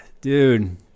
dude